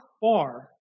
far